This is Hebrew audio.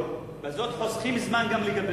בזאת חוסכים זמן גם לגביכם.